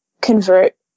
convert